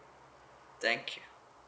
thank you